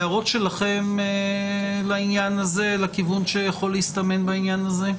הערות שלכם לכיוון שיכול להסתמן בעניין הזה?